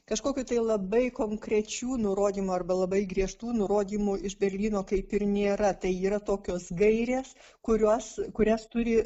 kažkokių tai labai konkrečių nurodymų arba labai griežtų nurodymų iš berlyno kaip ir nėra tai yra tokios gairės kuriuos kurias turi